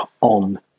on